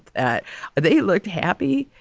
that they looked happy.